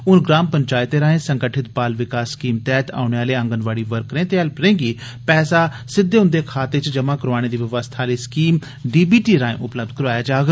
हुन ग्राम पंचायतें राएं संगठित बाल विकास स्कीम तैहत औने आले आंगनवाड़ी वर्करें ते हेल्परें गी पैसा सिद्दे उंदे खातें च जमा करोआने दी व्यवस्था आली स्कीम डीबीटी राएं उपलब्ध कराया जाग